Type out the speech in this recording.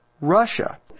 Russia